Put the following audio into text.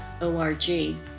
O-R-G